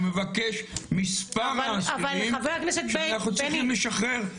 אני מבקש מספר האסירים שאנחנו צריכים לשחרר.